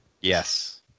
Yes